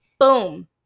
Boom